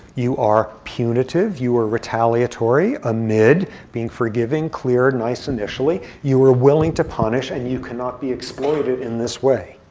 you are punitive, you are retaliatory amid being forgiving, clear and nice initially. you are willing to punish, and you cannot be exploited in this way.